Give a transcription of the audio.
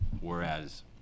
whereas